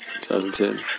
2010